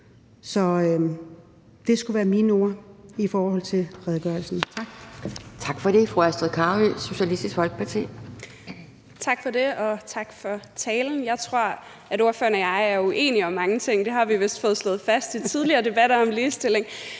Kl. 14:49 Anden næstformand (Pia Kjærsgaard): Tak for det. Fru Astrid Carøe, Socialistisk Folkeparti. Kl. 14:49 Astrid Carøe (SF): Tak for det, og tak for talen. Jeg tror, at ordføreren og jeg er uenige om mange ting. Det har vi vist fået slået fast i tidligere debatter om ligestilling,